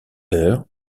heures